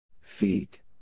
Feet